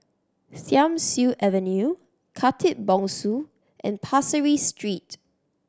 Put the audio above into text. Thiam Siew Avenue Khatib Bongsu and Pasir Ris Street